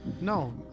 No